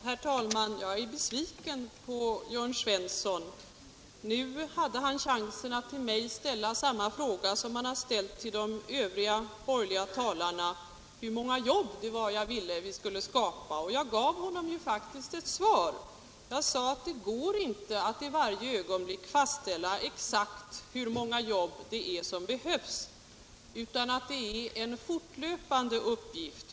Herr talman! Jag är besviken på Jörn Svensson. Nu hade han chansen att till mig ställa samma fråga som han ställt till de övriga borgerliga talarna, nämligen hur många jobb jag ville att vi skulle skapa. Jag gav honom faktiskt ett svar. Jag sade att det inte går att i varje ögonblick fastställa exakt hur många jobb som behövs. Det är en fortlöpande uppgift.